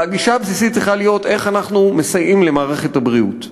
אלא הגישה הבסיסית צריכה להיות: איך אנחנו מסייעים למערכת הבריאות.